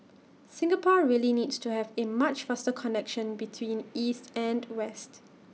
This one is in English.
Singapore really needs to have A much faster connection between east and west